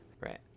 Right